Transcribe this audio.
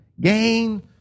Gain